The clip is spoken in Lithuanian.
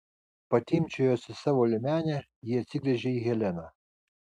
patimpčiojusi savo liemenę ji atsigręžia į heleną